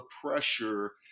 pressure